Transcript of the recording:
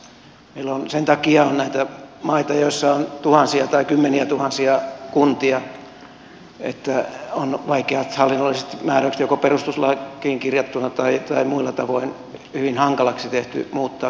meillä on sen takia näitä maita joissa on tuhansia tai kymmeniätuhansia kuntia että on vaikeat hallinnolliset määräykset joko perustuslakiin kirjattuna tai on muilla tavoin hyvin hankalaksi tehty kuntien rajojen muuttaminen